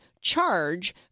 charge